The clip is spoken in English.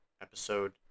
episode